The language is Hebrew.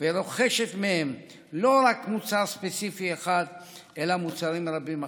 ורוכשת מהם לא רק מוצר ספציפי אחד אלא מוצרים רבים אחרים.